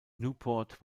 newport